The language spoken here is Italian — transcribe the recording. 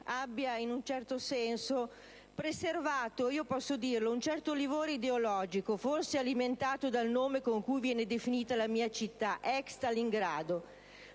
abbia in un certo senso conservato - io posso dirlo - un certo livore ideologico, forse alimentato dal nome con cui viene definita la mia città, ex Stalingrado.